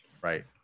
right